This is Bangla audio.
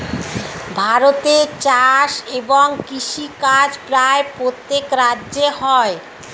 ভারতে চাষ এবং কৃষিকাজ প্রায় প্রত্যেক রাজ্যে হয়